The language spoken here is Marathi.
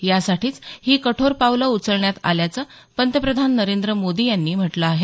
यासाठीच ही कठोर पावलं उचलण्यात आल्याचं पंतप्रधान नरेंद्र मोदी यांनी म्हटलं आहे